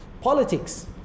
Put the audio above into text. Politics